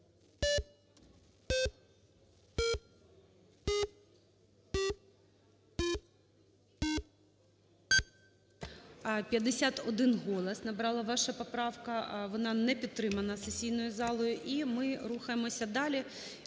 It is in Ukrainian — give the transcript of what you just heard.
51 голос набрала ваша поправка. Вона не підтримана сесійною залою. І ми рухаємося далі.